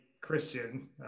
Christian